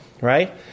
right